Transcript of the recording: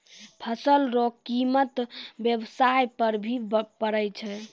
फसल रो कीमत व्याबसाय पर भी पड़ै छै